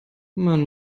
man